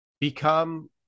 become